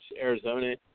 Arizona